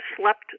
slept